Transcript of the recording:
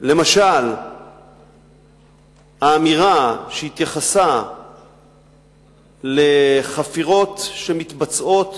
למשל האמירה שהתייחסה לחפירות שמתבצעות